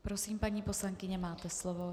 Prosím, paní poslankyně, máte slovo.